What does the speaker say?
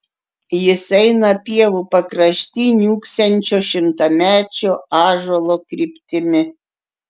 jis eina pievų pakrašty niūksančio šimtamečio ąžuolo kryptimi